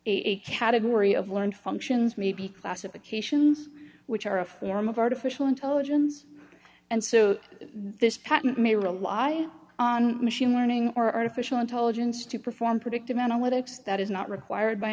a category of learned functions may be classifications which are a form of artificial intelligence and so this patent may rely on machine learning or artificial intelligence to perform predictive analytics that is not required by